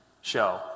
show